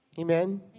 Amen